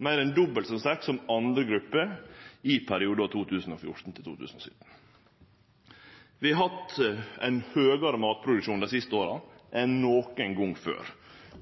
meir enn dobbelt så sterk som for andre grupper i perioden 2014–2017. Vi har hatt ein høgare matproduksjon dei siste åra enn nokon gong før.